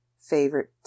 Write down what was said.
favorite